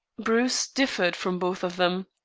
bruce differed from both of them.